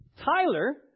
Tyler